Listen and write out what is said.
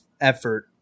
effort